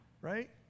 right